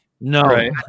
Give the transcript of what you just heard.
No